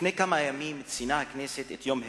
לפני כמה ימים ציינה הכנסת את יום הרצל.